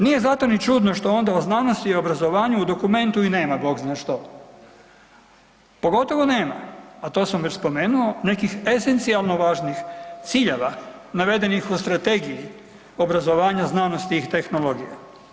Nije zato ni čudno što o znanosti i obrazovanju u dokumentu i nema bog zna što, pogotovo nema, a to sam već spomenuo, nekih esencijalno važnih ciljeva navedenih u Strategiji obrazovanja, znanosti i tehnologije.